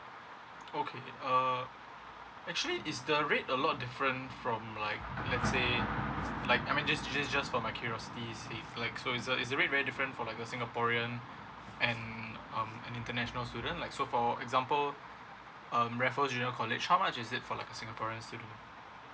okay uh actually is the rate a lot different from like let's say like I mean just just just for my curiosity safe like so so is the rate very different for like a singaporean and um an international student like so for example um raffles junior college how much is it for like a singaporean's student